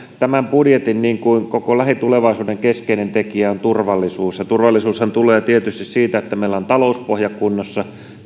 tämän budjetin niin kuin koko lähitulevaisuuden keskeinen tekijä on turvallisuus ja turvallisuushan tulee tietysti siitä että meillä on talouspohja kunnossa